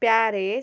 Paris